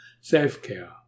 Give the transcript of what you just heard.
Self-care